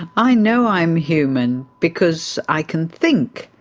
i know i'm human because i can think.